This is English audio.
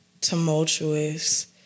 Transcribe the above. tumultuous